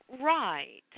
Right